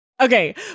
Okay